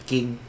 King